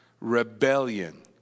Rebellion